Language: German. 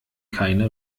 keine